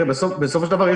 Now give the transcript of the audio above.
בסופו של דבר,